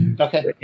Okay